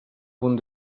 punt